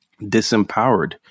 disempowered